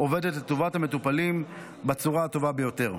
עובדת לטובת המטופלים בצורה הטובה ביותר.